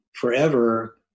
forever